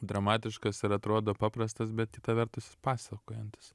dramatiškas ir atrodo paprastas bet kita vertus jis pasakojantis